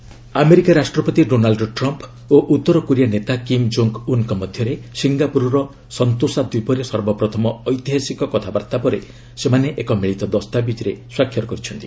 Trump Kim summit America ରାଷ୍ଟ୍ରପତି Donald Trump ଓ ଉତ୍ତରକୋରିଆ ନେତା କିମ୍ ଜୋଙ୍ଗ୍ ଉନ୍ଙ୍କ ମଧ୍ୟରେ ସିଙ୍ଗାପ୍ତରର ସେନ୍ତୋସା ଦ୍ୱୀପରେ ସର୍ବପ୍ରଥମ ଐତିହାସିକ କଥାବାର୍ତ୍ତା ପରେ ସେମାନେ ଏକ ମିଳିତ ଦସ୍ତାବିଜ୍ରେ ସ୍ପାକ୍ଷର କରିଛନ୍ତି